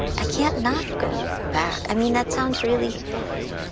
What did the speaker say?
i can't not go back. i mean, that sounds really.